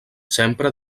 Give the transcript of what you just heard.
sempre